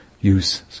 use